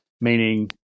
meaning